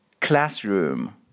classroom